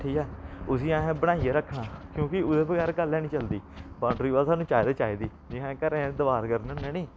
ठीक ऐ उसी असें बनाइयै रक्खना क्योंकि ओह्दे बगैर गल्ल ऐ निं चलदी बाउंडरी बाल सानूं चाहिदी गै चाहिदी जे अस घरें दीवार करने होन्ने नी